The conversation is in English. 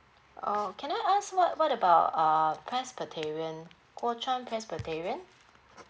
oh can I ask what what about uh presbyterian kuo chuan presbyterian